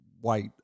white